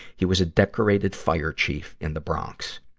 he was a decorated fire chief in the bronx.